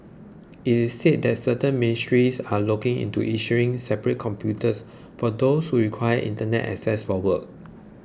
it is said that certain ministries are looking into issuing separate computers for those who require Internet access for work